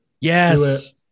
Yes